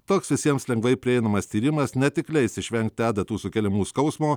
toks visiems lengvai prieinamas tyrimas ne tik leis išvengti adatų sukeliamų skausmo